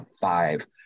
five